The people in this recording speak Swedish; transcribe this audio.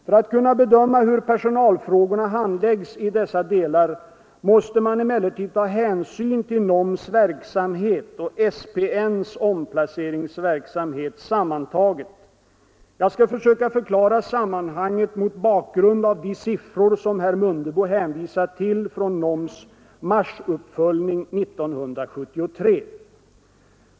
För att kunna bedöma hur personalfrågorna handläggs i dessa delar måste man emellertid ta hänsyn till NOM:s verksamhet och SPN:s omplaceringsverksamhet sammantaget. Jag skall försöka förklara sammanhanget mot bakgrund av de siffror som herr Mundebo hänvisar till från NOM :s marsuppföljning 1973.